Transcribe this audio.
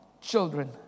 children